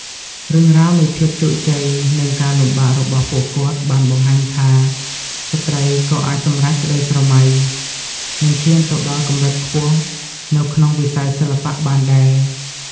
រឿងរ៉ាវនៃភាពជោគជ័យ និងការលំបាករបស់ពួកគាត់បានបង្ហាញថា ស្ត្រីក៏អាចសម្រេចក្ដីស្រមៃ និងឈានទៅដល់កម្រិតខ្ពស់នៅក្នុងវិស័យសិល្បៈបានដែរ។